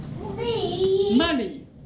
Money